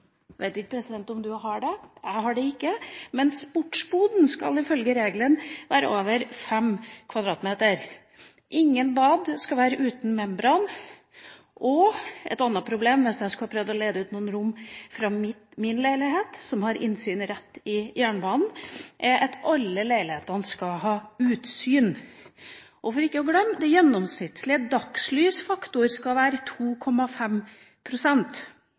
om presidenten har det, jeg har det ikke – skal ifølge regelen være på over 5 km2, og ingen bad skal være uten membran. Hvis jeg skulle ha prøvd å leie ut noen rom i min leilighet, som har utsyn rett mot jernbanen, hadde det vært et problem at alle leilighetene skal ha utsyn og – for ikke å glemme – den gjennomsnittlige dagslysfaktor skal være